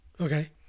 Okay